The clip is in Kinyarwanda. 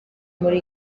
muri